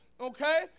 okay